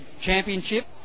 championship